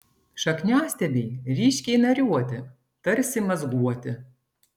šakniastiebiai ryškiai nariuoti tarsi mazguoti